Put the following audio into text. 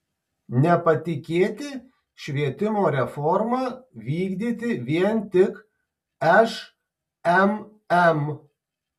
nepatikėti švietimo reformą vykdyti vien tik šmm